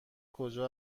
کجا